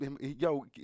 yo